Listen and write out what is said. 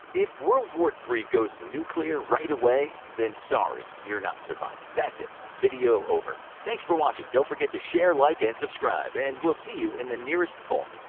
if world war iii goes nuclear right away, then sorry, you're not surviving. that's it, video over. thanks for watching, don't forget to share, like, and subscribe, and we'll see you in the nearest vault.